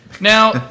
Now